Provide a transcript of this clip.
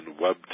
Web